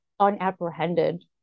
unapprehended